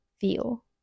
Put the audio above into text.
feel